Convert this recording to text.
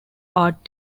art